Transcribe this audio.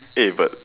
eh but